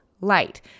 light